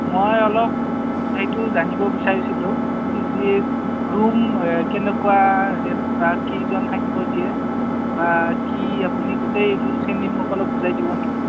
মই অলপ সেইটো জানিব বিচাৰিছিলোঁ পি জিৰ ৰূম কেনেকুৱা ৰেট তাত কেইজন থাকিব দিয়ে বা কি আপুনি গোটেই ৰোলচখিনি মোক অলপ বুজাই দিব নেকি